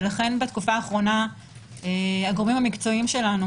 לכן בתקופה האחרונה הגורמים המקצועיים שלנו